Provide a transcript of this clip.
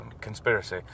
conspiracy